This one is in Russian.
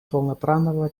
полноправного